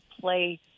play